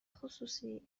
خصوصی